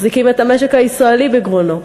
מחזיקים את המשק הישראלי בגרונו.